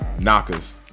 Knockers